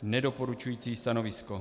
Nedoporučující stanovisko.